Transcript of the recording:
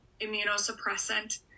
immunosuppressant